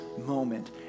moment